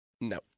no